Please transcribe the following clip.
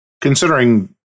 Considering